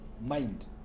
mind